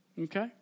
okay